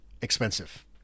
expensive